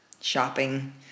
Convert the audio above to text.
shopping